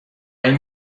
این